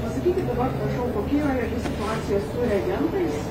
pasakykit dabar prašau kokia yra reali situacija su reagentais